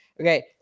Okay